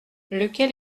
lequel